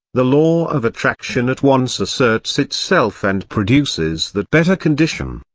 the law of attraction at once asserts itself and produces that better condition,